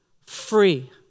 free